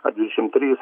ar dvidešim trys